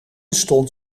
stond